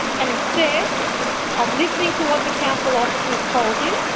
and instead of listening to what the council officers told him,